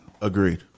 agreed